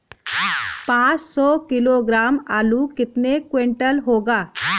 पाँच सौ किलोग्राम आलू कितने क्विंटल होगा?